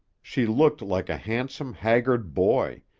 she looked like a handsome, haggard boy,